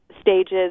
stages